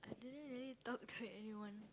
I didn't really talk to anyone